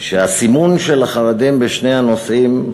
שהסימון של החרדים בשני הנושאים,